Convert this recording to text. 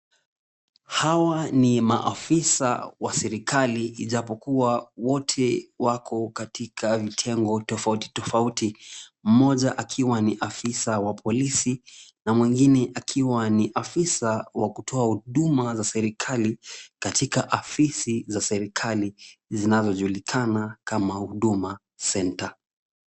Hawa ni maafisa wa serikali ijapokuwa wote wako katika vitengo tofauti tofauti. Mmoja akiwa ni afisa wa polisi na mwengine akiwa ni afisa wa kutoa huduma za serikali katika afisi za serikali zinazojulikana kama Huduma Center.